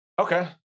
Okay